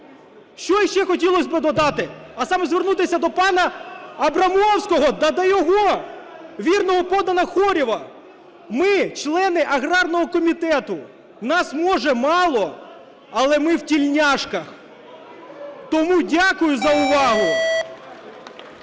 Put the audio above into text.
Що ще хотілось би додати. А саме звернутися до пана Абрамовського та до його вірного підданого Хорєва. Ми члени аграрного комітету. Нас, може, мало, але ми в тельняшках. Тому дякую за увагу.